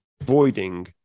avoiding